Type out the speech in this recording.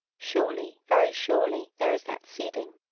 surely very surely there is that seeding.